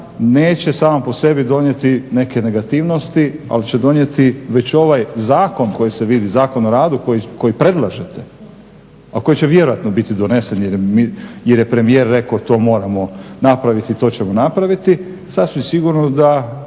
neće sama po sebi donijeti neke negativnosti, ali će donijeti već ovaj zakon koji se vidi, Zakon o radu koji predlažete, a koji će vjerojatno biti donesen jer je premijer rekao to moramo napraviti i to ćemo napraviti. Sasvim sigurno da